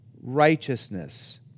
Righteousness